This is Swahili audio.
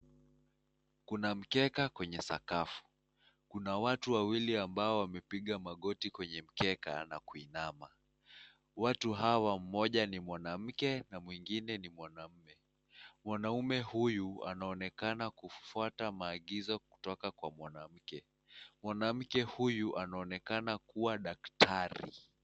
Kuna mkeka kwenye sakafu kuna watu wawili ambao wamepiga magoti kwenye mkeka na kuinama. Watu hawa mmoja ni mwanamke na mwingine ni mwanaume. Mwanaume huyu anaonekana kufuata maagizo kutoka kwa mwanamke, mwanamke huyu anaonekana kuwa daktari.